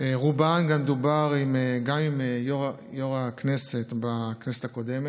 על רובן דובר גם עם יו"ר הכנסת בכנסת הקודמת,